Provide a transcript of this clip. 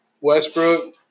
Westbrook